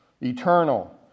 Eternal